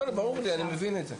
לא, לא, ברור לי, אני מבין את זה.